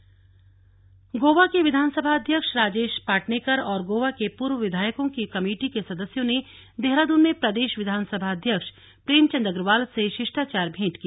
विधानसभा अध्यक्ष गोवा के विधानसभा अध्यक्ष राजेश पाटनेकर और गोवा के पूर्व विधायकों की कमेटी के सदस्यों ने देहरादून में प्रदेश विधानसभा अध्यक्ष प्रेमचंद अग्रवाल से शिष्टाचार भेंट की